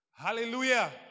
Hallelujah